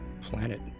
planet